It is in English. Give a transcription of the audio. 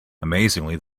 amazingly